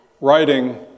writing